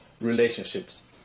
relationships